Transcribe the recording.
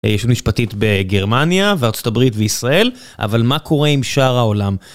ישות משפטית בגרמניה וארה״ב וישראל, אבל מה קורה עם שאר העולם?